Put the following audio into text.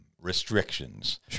restrictions